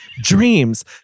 Dreams